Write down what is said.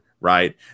right